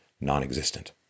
non-existent